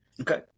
Okay